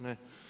Ne.